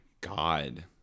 god